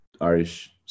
irish